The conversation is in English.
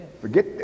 Forget